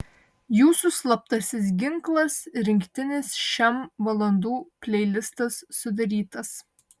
jūsų slaptasis ginklas rinktinis šem valandų pleilistas sudarytas